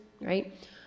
right